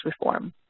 reform